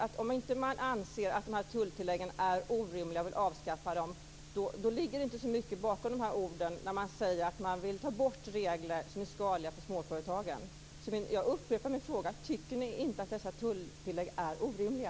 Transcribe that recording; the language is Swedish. Om man inte anser att tulltilläggen är orimliga och inte vill avskaffa dem, då ligger det inte så mycket bakom orden att man vill ta bort regler som är skadliga för småföretagen. Jag upprepar alltså min fråga: Tycker ni inte att dessa tulltillägg är orimliga?